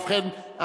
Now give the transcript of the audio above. ובכן,